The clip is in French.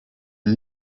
une